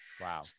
Wow